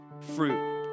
fruit